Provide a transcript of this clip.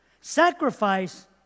Sacrifice